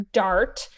dart